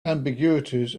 ambiguities